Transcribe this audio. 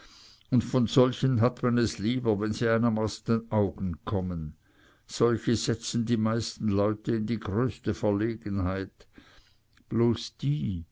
und von solchen hat man es lieber wenn sie einem aus den augen kommen solche setzen die meisten leute in die größte verlegenheit bloß die